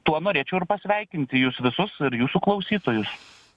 tuo norėčiau ir pasveikinti jus visus ir jūsų klausytojus